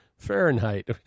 Fahrenheit